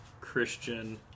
Christian